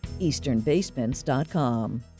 EasternBasements.com